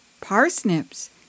parsnips